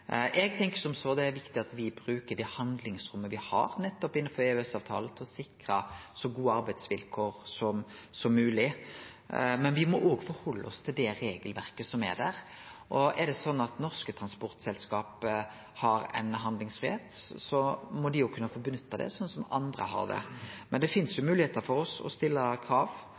er viktig at me brukar det handlingsrommet me har innanfor EØS-avtalen, til å sikre så gode arbeidsvilkår som mogleg. Men me må òg halde oss til det regelverket som er der, og er det slik at norske transportselskap har ein handlingsfridom, må dei kunne nytte det slik som andre gjer. Det finst moglegheiter for oss til å stille krav